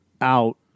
out